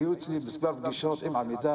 הם היו אצלי בכמה פגישות עם עמידר.